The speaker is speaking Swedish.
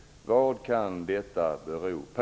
Vad kan detta bero på?